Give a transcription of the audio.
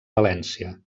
valència